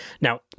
Now